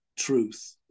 truth